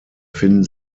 finden